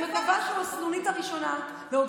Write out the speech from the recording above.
ואני מקווה שהוא הסנונית הראשונה לעוד